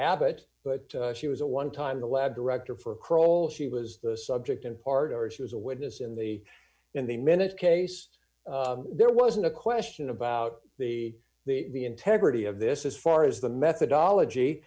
abbott but she was a one time the lab director for kroll she was the d subject in part or she was a witness in the in the minute case there wasn't a question about the the integrity of this as far as the methodology